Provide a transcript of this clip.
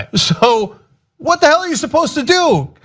ah so what the heck are you supposed to do?